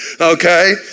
okay